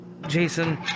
Jason